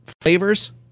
flavors